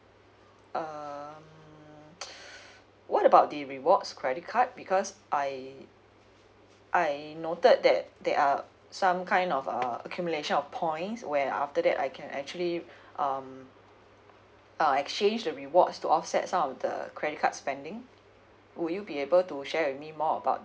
err what about the rewards credit card because I I noted that there are some kind of uh accumulation of points where after that I can actually um uh exchange the rewards to offset some of the credit card spending would you be able to share with me more about